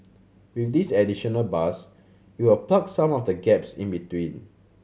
with this additional bus it will plug some of the gaps in between